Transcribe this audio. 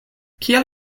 kiel